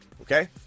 Okay